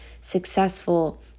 successful